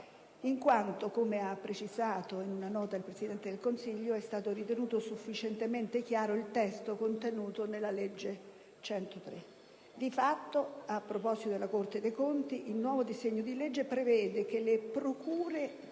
in quanto - come ha precisato in una nota il Presidente del Consiglio - è stato ritenuto sufficientemente chiaro il testo contenuto nella legge n. 102. Di fatto, a proposito della Corte dei conti, il nuovo disegno di legge prevede che «le procure